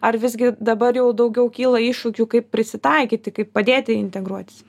ar visgi dabar jau daugiau kyla iššūkių kaip prisitaikyti kaip padėti integruotis